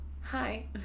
Hi